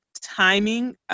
timing